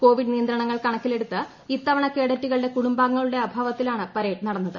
Covid നിയന്ത്രണങ്ങൾ കണക്കിലെടുത്ത് ഇത്തവണ കേഡറ്റുകളുടെ കുടുംബാംഗങ്ങളുടെ അഭാവത്തിലാണ് പരേഡ് നടന്നത്